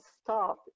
stop